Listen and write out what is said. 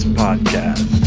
podcast